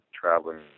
traveling